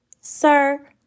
Sir